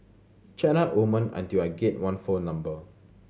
chat up women until I get one phone number